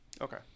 Okay